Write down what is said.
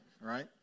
right